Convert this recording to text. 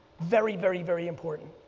very, very, very, important,